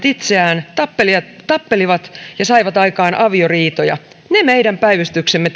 itseään tappelivat ja saivat aikaan avioriitoja ne meidän päivystyksemme